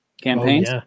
campaigns